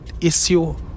issue